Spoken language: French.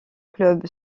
club